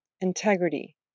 Integrity